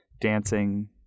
dancing